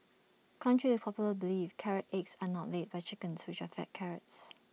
contrary to popular belief carrot eggs are not laid by chickens which are fed carrots